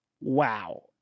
Wow